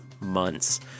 months